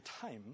time